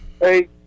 Hey